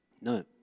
No